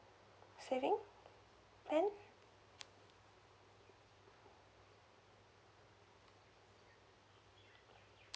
saving plan